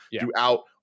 throughout